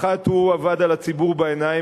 אז פעם אחת הוא עבד על הציבור בעיניים